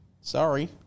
Sorry